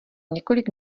několik